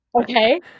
Okay